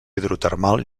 hidrotermal